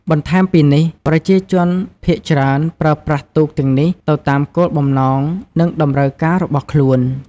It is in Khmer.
បន្ថែមពីនេះ ប្រជាជនភាគច្រើនប្រើប្រាស់ទូកទាំងនេះទៅតាមគោលបំណង និងតម្រូវការរបស់ខ្លួន។